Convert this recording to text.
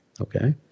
Okay